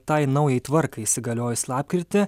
tai naujai tvarkai įsigaliojus lapkritį